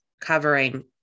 covering